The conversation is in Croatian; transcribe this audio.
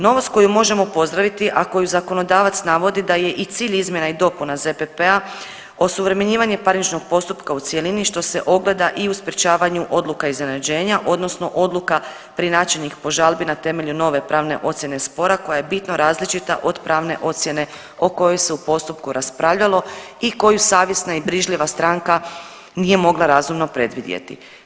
Novost koju možemo pozdraviti, a koju zakonodavac navodi da je i cilj izmjena i dopuna ZPP-a, osuvremenjivanje parničnog postupka u cjelini, što se ogleda i u sprječavanju odluka iznenađenja, odnosno odluka preinačenih po žalbi na temelju nove pravne ocijene spora, koja je bitno različita od pravne ocijene o kojoj se u postupku raspravljalo i koju savjesna i brižljiva stranka nije mogla razumno predvidjeti.